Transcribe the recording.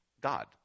God